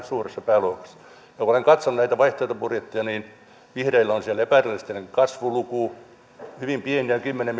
suuressa pääluokassa kun olen katsonut näitä vaihtoehtobudjetteja niin vihreillä on siellä epärealistinen kasvuluku hyvin pieniä kymmenen